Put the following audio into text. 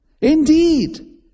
Indeed